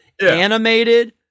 Animated